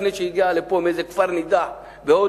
לפני שהיא הגיעה לפה מאיזה כפר נידח בהודו,